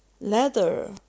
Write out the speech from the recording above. leather